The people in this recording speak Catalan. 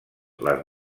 les